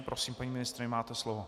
Prosím, paní ministryně, máte slovo.